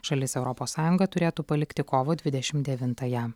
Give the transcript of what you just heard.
šalis europos sąjungą turėtų palikti kovo dvidešimt devintąją